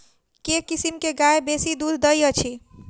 केँ किसिम केँ गाय बेसी दुध दइ अछि?